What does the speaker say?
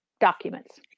documents